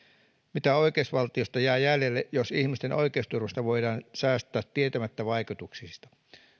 mitä oikeusvaltiosta jää jäljelle jos ihmisten oikeusturvasta voidaan säästää tietämättä vaikutuksista